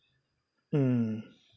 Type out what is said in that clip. mm